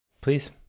Please